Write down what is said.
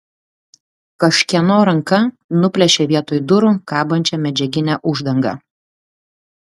kažkieno ranka nuplėšė vietoj durų kabančią medžiaginę uždangą